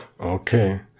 Okay